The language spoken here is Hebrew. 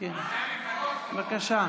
יושב-ראש הכנסת,